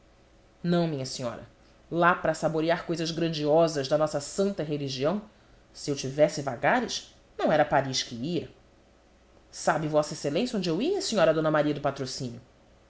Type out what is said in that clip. não minha senhora lá para saborear cousas grandiosas da nossa santa religião se eu tivesse vagares não era a paris que ia sabe vossa excelência onde eu ia senhora d maria do patrocínio